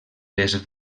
les